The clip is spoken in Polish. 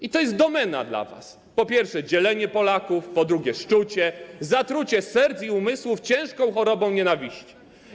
I to jest domena dla was - po pierwsze, dzielenie Polaków, po drugie, szczucie, zatrucie serc i umysłów ciężką chorobą nienawiści.